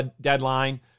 deadline